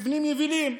במבנים יבילים.